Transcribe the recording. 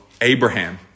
Abraham